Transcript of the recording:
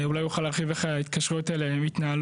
אולי יוכל להרחיב איך ההתקשרויות האלה מתנהלות.